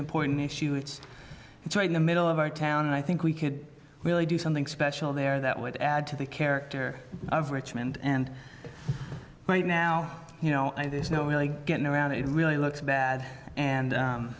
important issue it's it's right in the middle of our town and i think we could really do something special there that would add to the character of richmond and right now you know there's no really getting around it really looks bad and